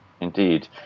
indeed